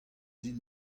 din